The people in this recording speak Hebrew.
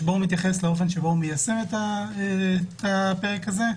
שבו הוא מתייחס לאופן שבו הוא מיישם את הפרק הזה: